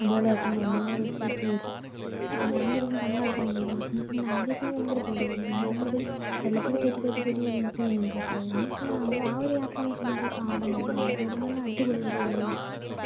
അടിപൊളി ആക്കുമ്പോൾ എന്നെയും കൂടെ വലിച്ചു പിടിച്ച് കയറ്റും അപ്പോൾ ഞാൻ ശരിക്കും കണ്ണടച്ചാണ് ഇരിക്കുക അപ്പോഴെന്ന് വെച്ചിട്ടുണ്ടെങ്കിൽ ആദ്യം ഒക്കെ എനിക്ക് ഭയങ്കര പേടിയായിരുന്നു പിന്നെ പിന്നെ ഇവരെ വെള്ളത്തിൽ കയറ്റി കയറ്റി കയറ്റി എനിക്ക് പിന്നെ ഇൻട്രസ്റ്റ് ആയി എന്ന് വെച്ചിട്ടുണ്ടെങ്കിൽ അന്ന് ആ ഒരു യാത്ര എന്ന് വെച്ചിട്ടുണ്ടെങ്കിൽ ഒരു ആഡംബരം ആഡംബരം എന്ന് പറഞ്ഞാൽ അടിപൊളി ആയിട്ടുള്ള ഒരു യാത്ര